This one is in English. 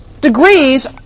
degrees